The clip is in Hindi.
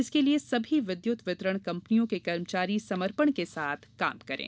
इसके लिए सभी विद्युत वितरण कंपनियों के कर्मचारी समर्पण के साथ काम करें